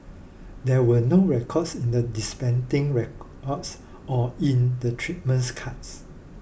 there were no records in the dispensing records or in the treatments cards